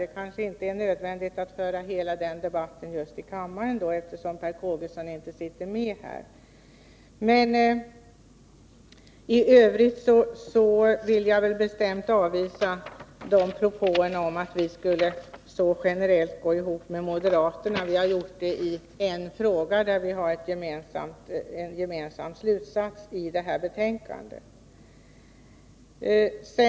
Det kanske inte är nödvändigt att vi för hela den debatten just i kammaren, eftersom Per Kågeson inte sitter med här. I övrigt vill jag bestämt avvisa propåerna om att vi generöst skulle gå ihop med moderaterna. Vi har gjort det i en fråga, där vi har kommit fram till en gemensam slutsats i detta betänkande.